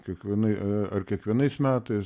kiekvienai ar kiekvienais metais